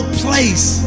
place